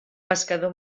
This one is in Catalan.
pescador